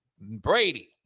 Brady